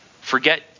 forget